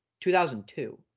2002